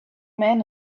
man